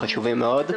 הם חשובים מאוד.